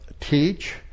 teach